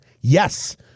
Yes